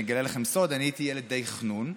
אני אגלה לכם סוד: הייתי ילד די חנון,